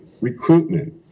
recruitment